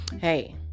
hey